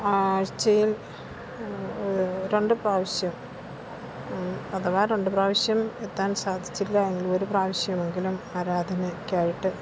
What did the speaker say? ആഴ്ചയിൽ രണ്ട് പ്രാവശ്യം അഥവാ രണ്ട് പ്രാവശ്യം എത്താൻ സാധിച്ചില്ല എങ്കിൽ ഒരുപ്രാവശ്യമെങ്കിലും ആരാധനക്കായിട്ട്